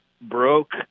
broke